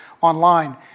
online